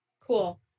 Cool